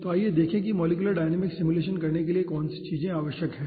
तो आइए देखें कि मॉलिक्यूलर डायनामिक्स सिमुलेशन करने के लिए कौन सी चीजें आवश्यक हैं